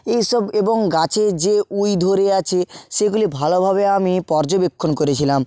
এইসব এবং গাছের যে উই ধরে আছে সেগুলি ভালোভাবে আমি পর্যবেক্ষণ করেছিলাম